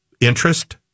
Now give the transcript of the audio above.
interest